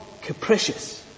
capricious